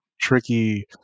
tricky